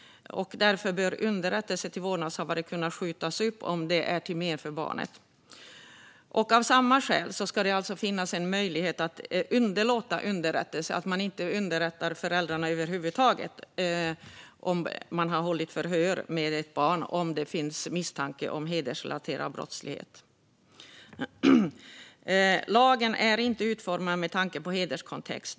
Därför bör underrättelse till vårdnadshavare kunna skjutas upp om det är till men för barnet. Av samma skäl ska det finnas möjlighet att underlåta underrättelse, det vill säga att inte underrätta föräldrarna över huvud taget, om man har hållit förhör med ett barn där det finns misstanke om hedersrelaterad brottslighet. Lagen är inte utformad med tanke på en hederskontext.